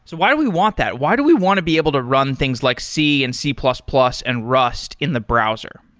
so why do we want that? why do we want to be able to run things like c and c plus plus and rust in the browser?